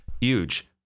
huge